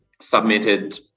submitted